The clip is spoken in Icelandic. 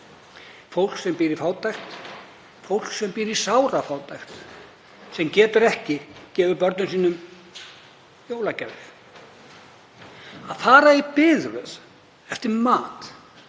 fólk sem býr við fátækt, fólk sem býr við sárafátækt og getur ekki gefið börnum sínum jólagjafir. Að fara í biðröð eftir mat